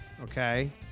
Okay